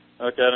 Okay